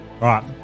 right